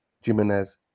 Jimenez